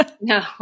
no